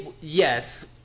yes